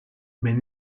mais